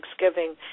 Thanksgiving